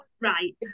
right